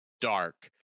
dark